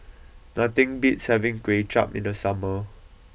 nothing beats having Kway Chap in the summer